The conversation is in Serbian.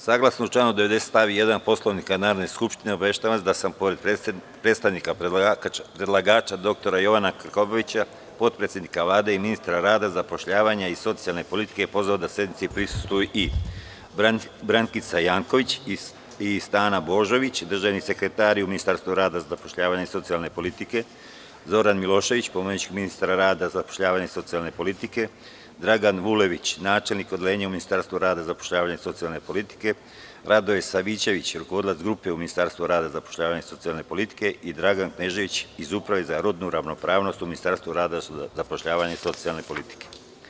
Saglasno članu 90. stav 1. Poslovnika Narodne skupštine, obaveštavam vas da sam pored predstavnika predlagača dr Jovana Krkobabića, potpredsednika Vlade i ministra rada, zapošljavanja i socijalne politike, pozvao da sednici prisustvuju i Brankica Janković i Stana Božović, državni sekretari u Ministarstvu rada, zapošljavanja i socijalne politike; Zoran Milošević, pomoćnik ministra rada, zapošljavanja i socijalne politike; Dragan Vulević, načelnik Odeljenja u Ministarstvu rada, zapošljavanja i socijalne politike; Radoje Savićević, rukovodilac Grupe u Ministarstvu rada, zapošljavanja i socijalne politike; Dragan Knežević, iz Uprave za rodnu ravnopravnost u Ministarstvu rada, zapošljavanja i socijalne politike.